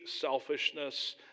selfishness